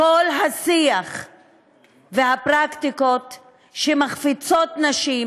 כל השיח והפרקטיקות שמחפיצות נשים,